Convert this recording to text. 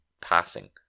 passing